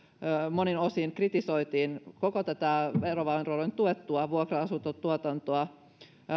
monin osin kritisoitiin koko tätä verovaroin tuettua vuokra asuntotuotantoa